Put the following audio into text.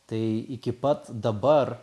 tai iki pat dabar